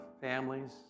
families